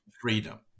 freedom